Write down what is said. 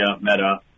META